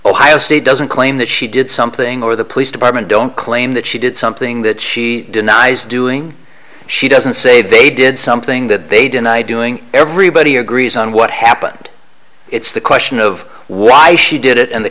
ohio state doesn't claim that she did something or the police department don't claim that she did something that she denies doing she doesn't say they did something that they deny doing everybody agrees on what happened it's the question of why she did it and the